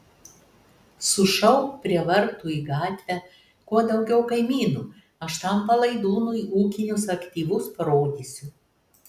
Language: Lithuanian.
sušauk prie vartų į gatvę kuo daugiau kaimynų aš tam palaidūnui ūkinius aktyvus parodysiu